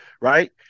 right